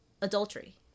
adultery